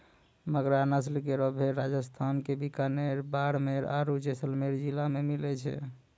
मगरा नस्ल केरो भेड़ राजस्थान क बीकानेर, बाड़मेर आरु जैसलमेर जिला मे मिलै छै